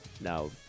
now